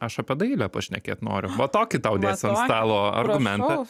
aš apie dailę pašnekėt noriu va tokį tau dėsiu ant stalo argumentą